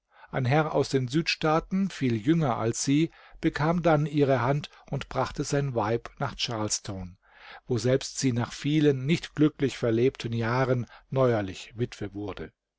ein herr aus den südstaaten viel jünger als sie bekam dann ihre hand und brachte sein weib nach charlestone woselbst sie nach vielen nicht glücklich verlebten jahren neuerlich witwe wurde